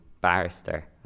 barrister